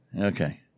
okay